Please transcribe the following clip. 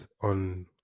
on